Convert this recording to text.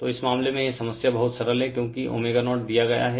तो इस मामले में यह समस्या बहुत सरल है क्योंकि ω0 दिया गया है